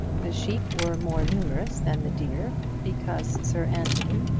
the sheep were more numerous than the deer, because sir anthony,